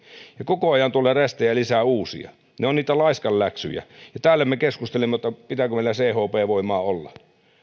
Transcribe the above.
ja koko ajan tulee lisää uusia rästejä ne ovat niitä laiskanläksyjä ja täällä me keskustelemme pitääkö meillä chp voimaa olla